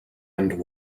and